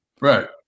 Right